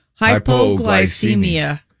Hypoglycemia